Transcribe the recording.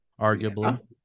arguably